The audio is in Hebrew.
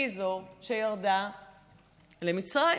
היא זו שירדה למצרים,